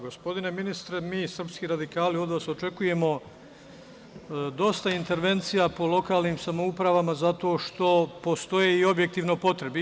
Gospodine ministre, mi srpski radikali od vas očekujemo dosta intervencija po lokalnim samoupravama zato što postoje i objektivne potrebe.